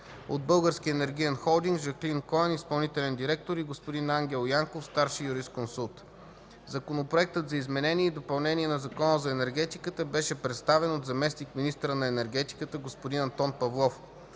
от „Български енергиен холдинг” Жаклен Коен – изпълнителен директор, и господин Ангел Янков – старши юрисконсулт. Законопроектът за изменение и допълнение на Закона за енергетиката беше представен от заместник-министъра на енергетиката господин Антон Павлов.